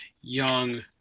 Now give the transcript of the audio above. young